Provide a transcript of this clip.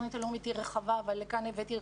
התוכנית הלאומית היא רחבה אבל לכאן הבאתי